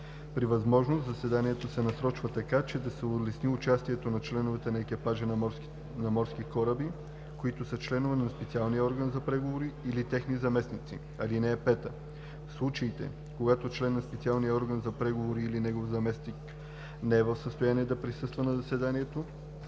При възможност, заседанията се насрочват така, че да се улесни участието на членове на екипажи на морски кораби, които са членове на специалния орган за преговори или техни заместници; (5) В случаите, когато член на специалния орган за преговори или негов заместник не е в състояние да присъства на заседанието,